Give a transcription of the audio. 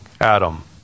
Adam